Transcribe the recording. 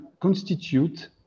constitute